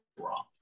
wrong